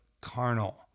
carnal